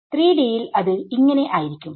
3D യിൽ അത് ആയിരിക്കും